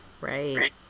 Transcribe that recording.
Right